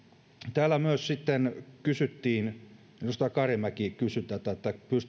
täällä myös sitten edustaja karimäki kysyi tätä